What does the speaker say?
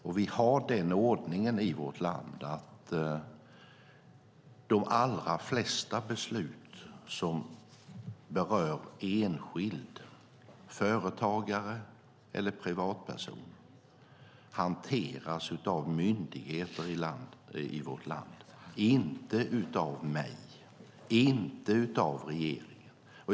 Och vi har den ordningen i vårt land att de allra flesta beslut som rör en enskild företagare eller privatperson hanteras av myndigheter i vårt land, inte av mig, inte av regeringen.